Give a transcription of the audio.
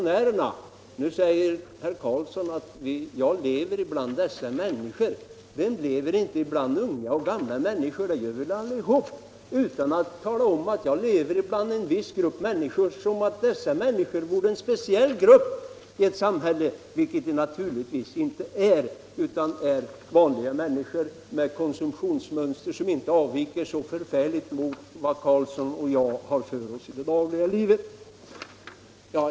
Nu säger herr Carlsson att han lever bland dessa människor. Vem lever inte bland unga och gamla människor? Det gör vi väl allihop utan att vi talar om att vi lever bland en viss grupp människor precis som om dessa människor vore en speciell grupp i samhället. Det är de naturligtvis inte. Det är fråga om vanliga människor med konsumtionsmönster och vanor som inte avviker så förfärligt mycket från vad herr Carlsson och jag har för oss i det dagliga livet.